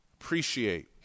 Appreciate